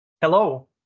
Hello